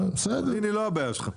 מודיעין היא לא הבעיה שלך.